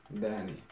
Danny